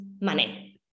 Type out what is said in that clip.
money